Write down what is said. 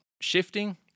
shifting